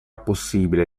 possibile